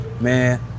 man